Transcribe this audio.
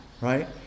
right